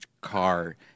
car